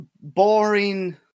boring